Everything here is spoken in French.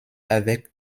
avec